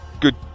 Good